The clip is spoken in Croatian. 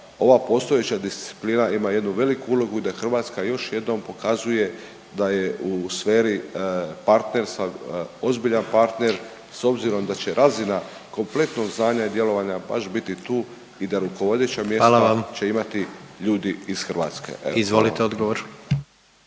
ova postojeća disciplina ima jednu veliku ulogu da Hrvatska još jednom pokazuje da je u sferi partnerstva ozbiljan partner s obzirom da će razina kompletnog znanja i djelovanja baš biti tu i da rukovodeća mjesta …/Upadica: Hvala vam./… će